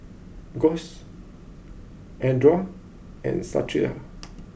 Guss Andra and Stacia